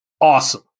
Awesome